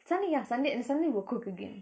sunday ya sunday and sunday will cookay again